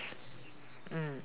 mm